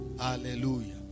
Hallelujah